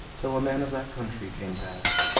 till a man of that country came past,